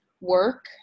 work